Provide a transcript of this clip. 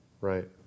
Right